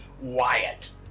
Wyatt